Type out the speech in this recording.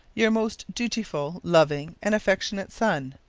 your most dutiful, loving and affectionate son,